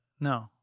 No